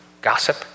gossip